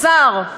השר/